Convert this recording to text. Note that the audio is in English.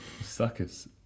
suckers